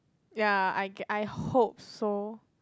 ya I guess~ I hope so